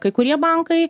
kai kurie bankai